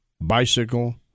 bicycle